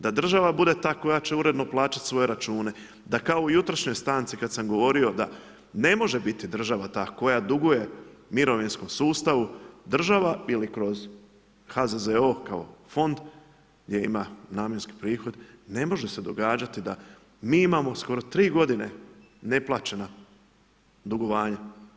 Da država bude ta koja će uredno plaćati svoje račune, da kao i jutrošnjoj stanci u kojoj sam govorio, da ne može biti država ta koja duguje mirovinskom sustavu, država ili kao kroz HZZO, kao fond, gdje ima namjenski prihod, ne može se događati da mi imamo skoro 3 g. neplaćena dugovanja.